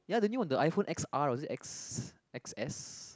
ya the new one the iPhone X_R or X X_S